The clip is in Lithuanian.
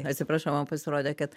atsiprašau man pasirodė kad